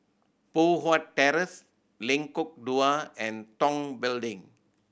Poh Huat Terrace Lengkong Dua and Tong Building